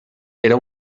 era